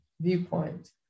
viewpoint